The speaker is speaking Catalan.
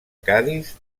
cadis